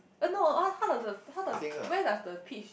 oh no oh how does the how does the where does the peach